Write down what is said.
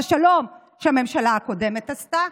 זה שלום שהממשלה הקודמת עשתה.